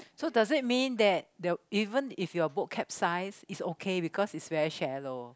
so does it mean that the even if your bookcap size is okay because it's very shallow